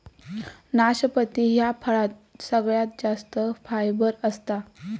नाशपती ह्या फळात सगळ्यात जास्त फायबर असता